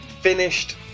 finished